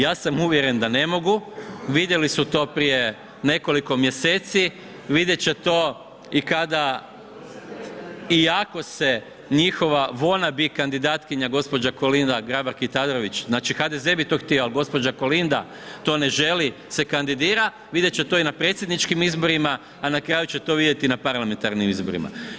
Ja sam uvjeren da ne mogu, vidjeli su to prije nekoliko mjeseci, vidjet će to i kada i ako se njihova vonabi kandidatkinja gospođa Kolinda Grabar Kitarović, znači HDZ bi to htio, ali gospođa Kolinda to ne želi, se kandidira vidjet će to i na predsjedničkim izborima, a na kraju će to vidjeti na parlamentarnim izborima.